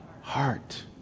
Heart